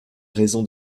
raison